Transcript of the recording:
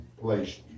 placed